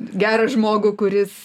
gerą žmogų kuris